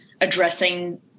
addressing